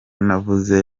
navuze